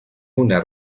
una